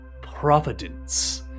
Providence